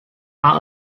are